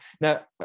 Now